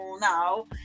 now